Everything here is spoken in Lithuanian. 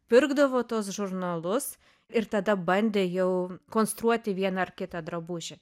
pirkdavo tuos žurnalus ir tada bandė jau konstruoti vieną ar kitą drabužį